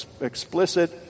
explicit